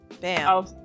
Bam